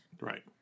Right